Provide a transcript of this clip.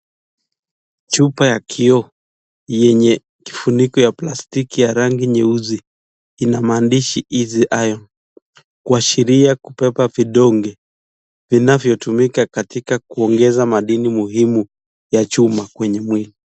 Chupa ya kioo yenye kifuniko ya plastiki ya rangi nyeusi ina maandishi Easy Iron kuashiria kubeba vidonge vinavyotumika katika kuongeza madini muhimu ya chuma kwenye mwili.